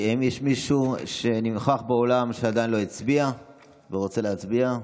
אינה נוכחת האם יש מישהו שנוכח באולם שעדיין לא הצביע ורוצה להצביע?